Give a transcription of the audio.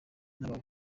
n’aba